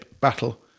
battle